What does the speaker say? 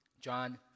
John